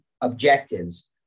objectives